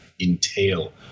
entail